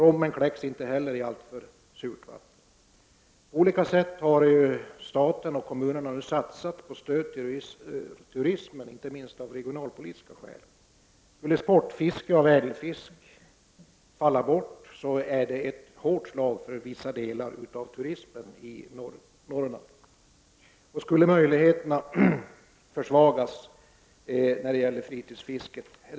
I alltför surt vatten kläcks inte fiskens rom. Staten och kommunerna har nu på olika sätt satsat på stöd till turismen, inte minst av regionalpolitiska skäl. Skulle sportfisket efter ädelfisk falla bort, är det ett hårt slag för vissa delar av turismen i Norrland. Också en försvagning av fritidsfisket skulle innebära svårigheter för berörda län.